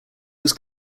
was